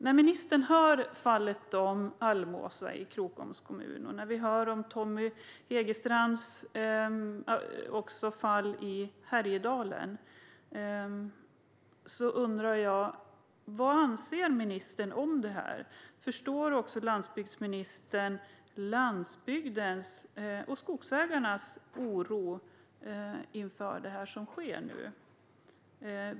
När vi hör om fallet Almåsa i Krokoms kommun och om Tommy Hegestrands fall i Härjedalen undrar jag: Vad anser ministern om detta? Förstår landsbygdsministern den oro som finns på landsbygden och hos skogsägarna inför det som nu sker?